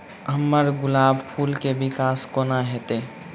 हम्मर गुलाब फूल केँ विकास कोना हेतै?